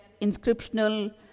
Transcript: inscriptional